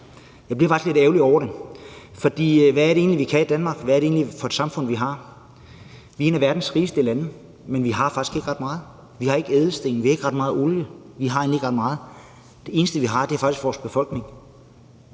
Det bliver jeg faktisk lidt ærgerlig over. For hvad er det egentlig, vi kan i Danmark? Hvad er det egentlig for et samfund, vi har? Vi er et af verdens rigeste lande, men vi har faktisk ikke ret meget. Vi har ikke ædelsten, vi har ikke ret meget olie, vi har egentlig ikke ret meget. Det eneste, vi har, er faktisk vores befolkning.